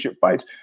fights